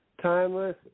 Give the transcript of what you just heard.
Timeless